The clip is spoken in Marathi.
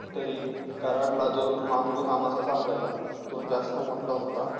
तरी कराडला जो मांगुर हा मासा सापडला तो जास्त मोठा होता